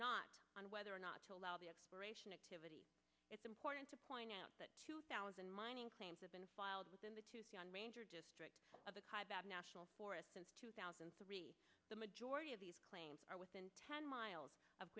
not on whether or not to allow the exploration activity it's important to point out that two thousand mining claims have been filed in the tucson ranger district of the national forest since two thousand and three the majority of these claims are within ten miles of